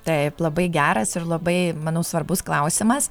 taip labai geras ir labai manau svarbus klausimas